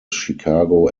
chicago